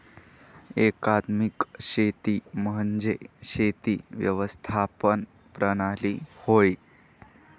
एकात्मिक शेती म्हणजे शेती व्यवस्थापन प्रणाली होय